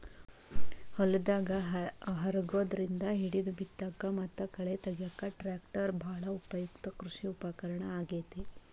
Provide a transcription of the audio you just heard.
ಹೊಲದಾಗ ಹರಗೋದ್ರಿಂದ ಹಿಡಿದು ಬಿತ್ತಾಕ ಮತ್ತ ಕಳೆ ತಗ್ಯಾಕ ಟ್ರ್ಯಾಕ್ಟರ್ ಬಾಳ ಉಪಯುಕ್ತ ಕೃಷಿ ಉಪಕರಣ ಆಗೇತಿ